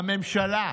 הממשלה,